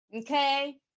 okay